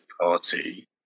Party